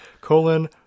colon